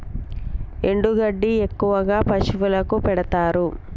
ఎండు గడ్డి ఎక్కువగా పశువులకు పెడుతారు